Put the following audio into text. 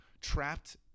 trapped